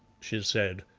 she said.